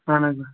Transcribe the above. اَہَن حظ